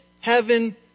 heaven